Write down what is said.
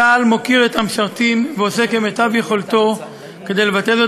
צה"ל מוקיר את המשרתים ועושה כמיטב יכולתו לבטא זאת